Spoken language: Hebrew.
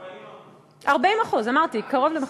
40%. 40%, אמרתי, קרוב למחצית.